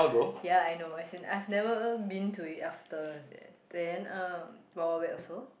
ya I know as in I've never been to it after that then uh Wild-Wild-Wet also